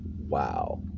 Wow